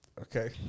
Okay